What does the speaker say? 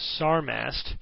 Sarmast